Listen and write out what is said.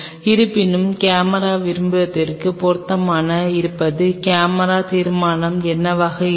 இருப்பினும் கேமரா விரும்புவதற்கு பொருத்தமாக இருப்பது கேமரா தீர்மானம் என்னவாக இருக்கும்